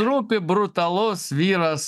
rūpi brutalus vyras